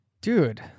Dude